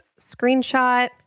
screenshot